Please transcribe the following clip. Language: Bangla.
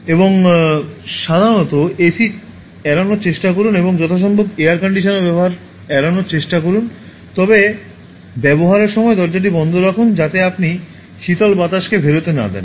এবং সাধারণত এসি এড়ানোর চেষ্টা করুন এবং যথাসম্ভব এয়ার কন্ডিশনার ব্যবহার এড়াতে চেষ্টা করুন তবে ব্যবহারের সময় দরজাটি বন্ধ করুন যাতে আপনি শীতল বাতাসকে বেরোতে না দেন